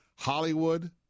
Hollywood